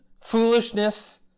foolishness